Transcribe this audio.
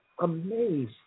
amazed